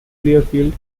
clearfield